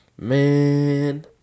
Man